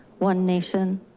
one nation,